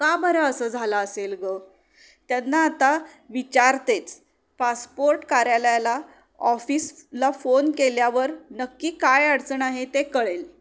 का बरं असं झालं असेल ग त्यांना आता विचारतेच पासपोर्ट कार्यालयाला ऑफिसला फोन केल्यावर नक्की काय अडचण आहे ते कळेल